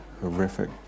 horrific